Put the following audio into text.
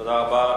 תודה רבה.